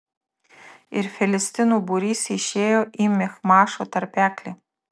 ir filistinų būrys išėjo į michmašo tarpeklį